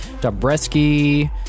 Dobreski